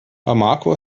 bamako